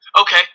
Okay